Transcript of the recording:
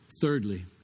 Thirdly